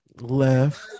left